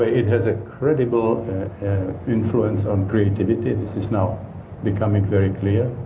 ah it has incredible influence on creativity, this is now becoming very clear